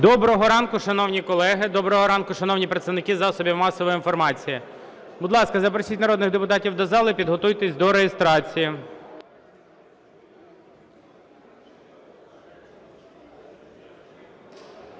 Доброго ранку, шановні колеги! Доброго ранку, шановні представники засобів масової інформації! Будь ласка, запросіть народних депутатів до зали. Підготуйтесь до реєстрації.